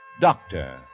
doctor